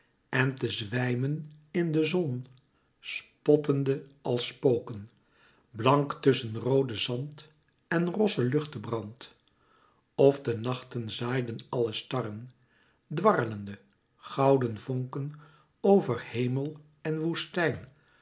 en te zwijmen in de zon spottende als spoken blank tusschen roode zand en rossen luchtebrand of de nachten zaaiden alle starren dwarrelende gouden vonken over hemel en woestijn